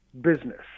business